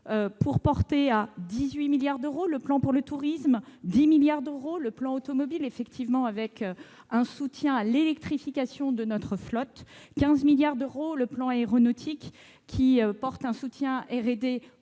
pour porter à 18 milliards d'euros le plan pour le tourisme, à 10 milliards d'euros celui de l'automobile, avec un soutien à l'électrification de notre flotte, à 15 milliards d'euros le plan aéronautique, qui vise à soutenir la